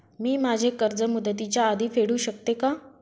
मी माझे कर्ज मुदतीच्या आधी फेडू शकते का?